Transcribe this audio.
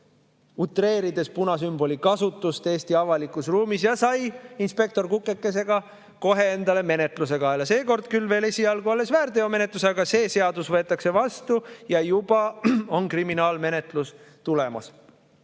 utreerides punasümboli kasutust Eesti avalikus ruumis – ja sai inspektor Kukekeselt kohe endale menetluse kaela. Seekord [sai] küll veel esialgu väärteomenetluse, aga kui see seadus võetakse vastu, on juba kriminaalmenetlus tulemas.